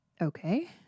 Okay